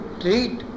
treat